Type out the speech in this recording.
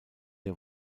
der